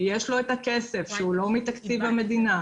ויש לו את הכסף שהוא לא מתקציב המדינה,